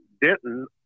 denton